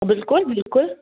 بِلکُل بِلکُل